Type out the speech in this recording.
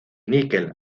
níquel